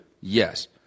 Yes